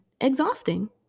exhausting